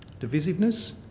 Divisiveness